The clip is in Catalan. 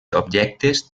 objectes